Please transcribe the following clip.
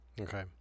okay